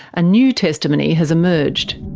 a new testimony has emerged.